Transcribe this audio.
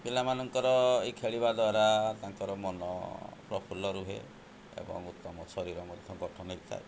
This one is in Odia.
ପିଲାମାନଙ୍କର ଏହି ଖେଳିବା ଦ୍ୱାରା ତାଙ୍କର ମନ ପ୍ରଫୁଲ୍ଲ ରୁହେ ଏବଂ ଉତ୍ତମ ଶରୀର ମଧ୍ୟ ଗଠନ ହୋଇଥାଏ